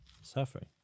suffering